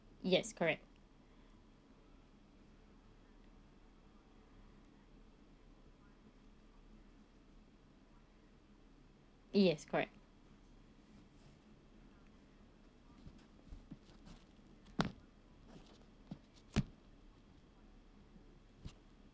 yes correct yes correct